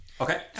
Okay